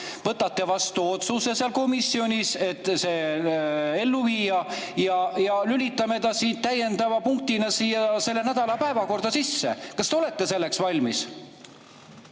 Võtate vastu otsuse seal komisjonis, et see ellu viia, ja lülitame ta siis täiendava punktina selle nädala päevakorda sisse. Kas te olete selleks valmis?